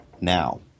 now